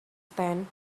tent